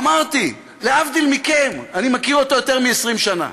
אמרתי, להבדיל מכם, אני מכיר אותו יותר מ-20 שנה.